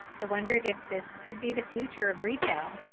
i wondered if this could be the future of retail.